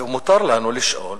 ומותר לנו לשאול